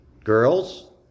Girls